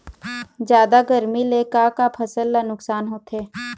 जादा गरमी ले का का फसल ला नुकसान होथे?